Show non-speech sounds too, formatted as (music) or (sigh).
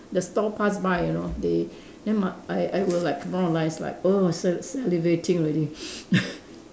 the stall pass by you know they then my I I will like like oh sal~ salivating already (laughs)